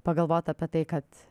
pagalvot apie tai kad